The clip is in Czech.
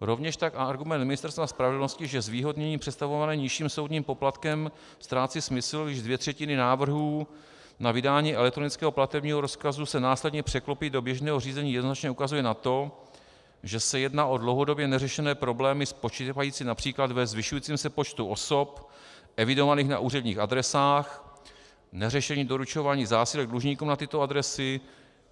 Rovněž tak argument Ministerstva spravedlnosti, že zvýhodnění představované nižším soudním poplatkem ztrácí smysl, když dvě třetiny návrhů na vydání elektronického platebního rozkazu se následně překlopí do běžného řízení, jednoznačně ukazuje na to, že se jedná o dlouhodobě neřešené problémy spočívající např. ve zvyšujícím se počtu osob evidovaných na úředních adresách, neřešení doručování zásilek dlužníkům na tyto adresy,